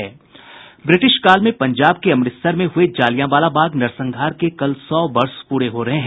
ब्रिटिशकाल में पंजाब के अमृतसर में हुए जलियांवाला बाग नरसंहार के कल सौ वर्ष पूरे हो रहे हैं